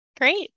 Great